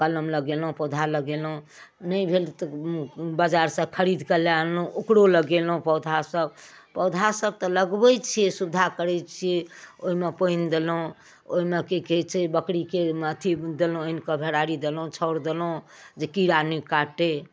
कलम लगेलहुँ पौधा लगेलहुँ नहि भेल तऽ बजारसँ खरिदकऽ लऽ अनलहुँ ओकरो लगेलहुँ पौधासब पौधासब तऽ लगबै छिए सुविधा करै छिए ओहिमे पानि देलहुँ ओहिमे कि कहै छै बकरीके अथी देलहुँ आनिकऽ भेराड़ी देलहुँ छाउर देलहुँ जे कीड़ा नहि काटै